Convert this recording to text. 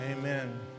Amen